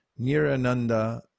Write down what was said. nirananda